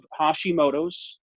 Hashimoto's